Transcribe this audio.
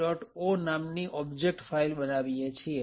o નામની object file બનાવીએ છીએ